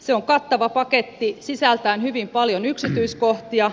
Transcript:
se on kattava paketti sisältäen hyvin paljon yksityiskohtia